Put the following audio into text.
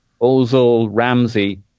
Ozil-Ramsey